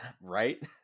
right